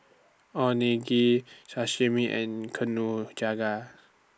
Sashimi and